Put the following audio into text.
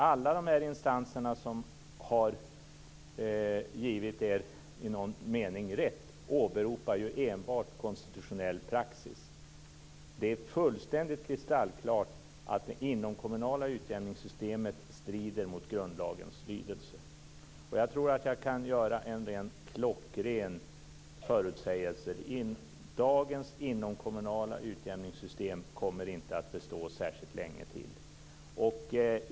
Alla de instanser som i någon mening har givit er rätt åberopar enbart konstitutionell praxis. Det är fullständigt kristallklart att det inomkommunala utjämningssystemet strider mot grundlagens lydelse. Jag tror att jag kan göra en klockren förutsägelse. Dagens inomkommunala utjämningssystem kommer inte att bestå särskilt länge till.